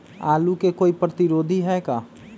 आलू के कोई प्रतिरोधी है का?